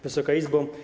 Wysoka Izbo!